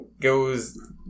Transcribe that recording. goes